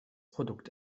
produkt